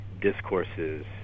discourses